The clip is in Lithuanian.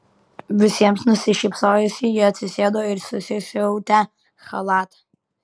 visiems nusišypsojusi ji atsisėdo ir susisiautę chalatą